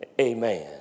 amen